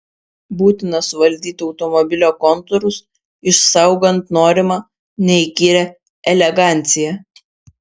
būtina suvaldyti automobilio kontūrus išsaugant norimą neįkyrią eleganciją